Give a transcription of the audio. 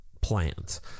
plans